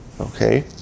Okay